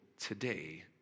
today